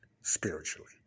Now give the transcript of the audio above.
spiritually